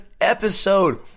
episode